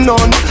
None